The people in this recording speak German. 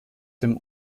dem